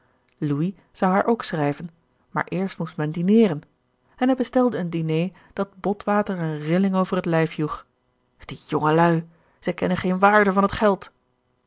louis zou haar ook schrijven maar eerst moest men dineeren en hij bestelde een diné dat botwater een rilling over het lijf joeg die jongelui zij kennen geen waarde van het geld